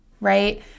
right